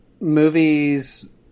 movies